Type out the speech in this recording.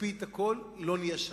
את הכול, לא נהיה שם.